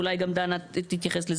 ואולי גם דנה תתייחס לזה.